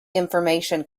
information